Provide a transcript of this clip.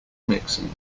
mixing